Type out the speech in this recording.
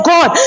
God